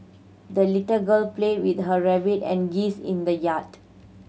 the little girl played with her rabbit and geese in the yard